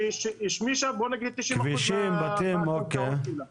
היא השמישה 90% מהקרקעות שלה.